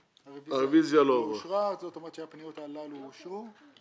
הרביזיה לא אושרה, זאת אומרת שהפניות האלה אושרו.